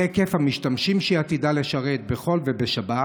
להיקף המשתמשים שהיא עתידה לשרת בחול ובשבת